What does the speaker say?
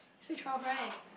he say twelve right